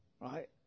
Right